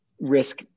risk